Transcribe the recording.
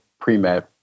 pre-med